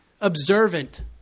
observant